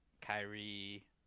Kyrie